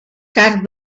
carn